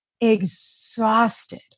exhausted